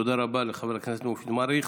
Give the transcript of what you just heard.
תודה רבה לחבר הכנסת מופיד מרעי.